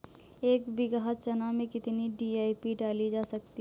एक बीघा चना में कितनी डी.ए.पी डाली जा सकती है?